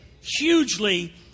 Hugely